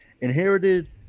inherited